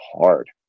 hard